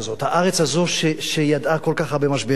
הארץ הזו שידעה כל כך הרבה משברים,